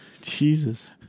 Jesus